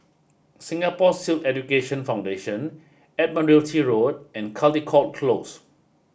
Singapore Sikh Education Foundation Admiralty Road and Caldecott Close